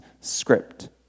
script